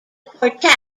quartet